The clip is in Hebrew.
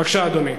בבקשה, אדוני.